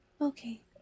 Okay